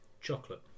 Chocolate